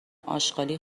آشغالی